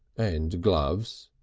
and gloves.